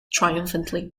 triumphantly